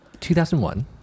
2001